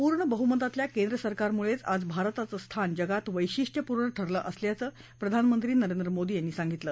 पूर्ण बहुमतातल्या केंद्र सरकारमुळेच आज भारताचं स्थान जगात वैशिष्ट्यपूर्ण ठरलं असल्याचं प्रधानमंत्री नरेंद्र मोदी यांनी सांगितलं